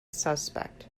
suspect